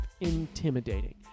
intimidating